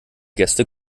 gäste